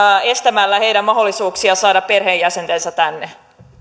estämällä heidän mahdollisuuksiaan saada perheenjäsenensä tänne